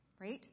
Right